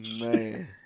Man